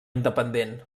independent